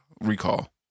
recall